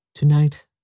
Tonight